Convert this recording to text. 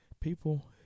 people